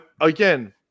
again